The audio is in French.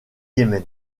yémen